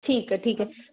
छिक है ठीक है